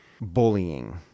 bullying